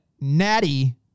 Natty